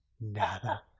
Nada